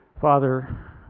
father